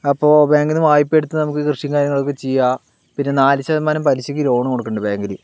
അപ്പോൾ ബാങ്കിൽ നിന്ന് വായ്പ്പയെടുത്ത് നമുക്ക് കൃഷിയും കാര്യങ്ങളൊക്കെ ചെയ്യാം പിന്നെ നാല് ശതമാനം പലിശക്ക് ലോണ് കൊടുക്കുന്നുണ്ട് ബാങ്കില്